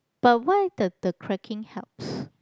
but why the the cracking helps